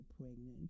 pregnant